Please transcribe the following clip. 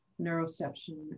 neuroception